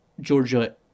Georgia